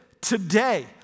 today